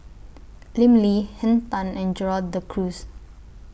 Lim Lee Henn Tan and Gerald De Cruz